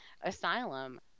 Asylum